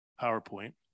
PowerPoint